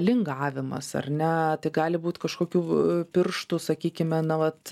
lingavimas ar ne tai gali būt kažkokių pirštų sakykime na vat